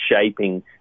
shaping